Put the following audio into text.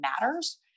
matters